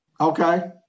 Okay